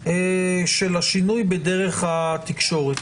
מהמשמעות של השינוי בדרך התקשורת.